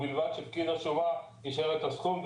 'ובלבד שפקיד השומה אישר את הסכום'.